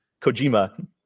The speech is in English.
Kojima